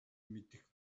мэдэх